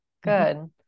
good